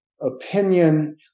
opinion